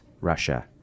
Russia